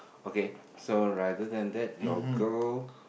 okay so rather than that your girl